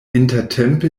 intertempe